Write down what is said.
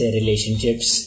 relationships